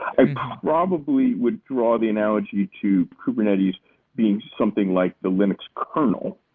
i probably would draw the analogy to kubernetes being something like the linux kernel,